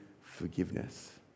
forgiveness